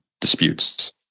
disputes